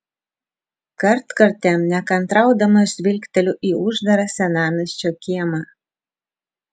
kartkartėm nekantraudamas žvilgteliu į uždarą senamiesčio kiemą